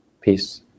peace